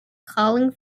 calling